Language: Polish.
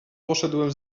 poszedłem